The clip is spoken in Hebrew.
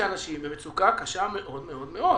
שאנשים נמצאים במצוקה קשה מאוד מאוד,